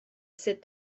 sit